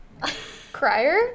crier